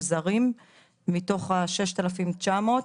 מתוך ה-6,900 מומחים.